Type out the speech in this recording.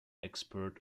expert